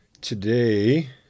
Today